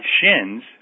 shins